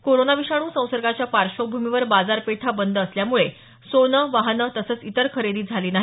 corona विषाणू संसर्गाच्या पार्श्वभूमीवर बाजारपेठा बंद असल्यामुळे सोनं वाहनं तसंच इतर खरेदी झाली नाही